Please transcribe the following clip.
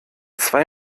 zwei